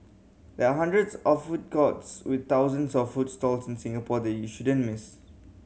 there are hundreds of food courts with thousands of food stalls in Singapore that you shouldn't miss